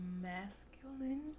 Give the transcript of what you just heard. masculine